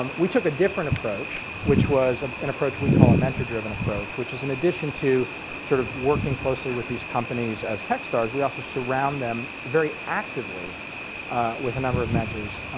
um we took a different approach which was an approach we call a mentor-driven approach, which is in addition to sort of working closer with these companies as techstars, we also surround them very actively with a number of mentors,